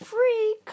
Free